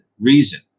reason